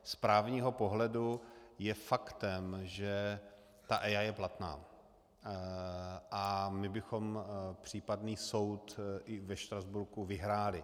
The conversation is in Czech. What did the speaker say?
Z právního pohledu je faktem, že EIA je platná, a my bychom případný soud i ve Štrasburku vyhráli.